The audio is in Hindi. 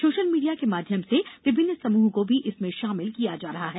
सोशल मीडिया के माध्यम से विभिन्न समूहों को भी इसमें शामिल किया जा रहा है